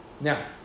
now